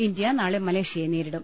India നാളെ മലേഷ്യയെ നേരിടും